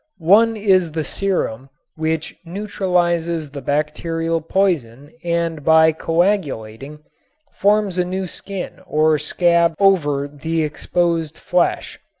one is the serum which neutralizes the bacterial poison and by coagulating forms a new skin or scab over the exposed flesh.